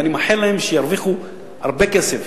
ואני מאחל להם שירוויחו הרבה כסף